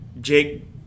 Jake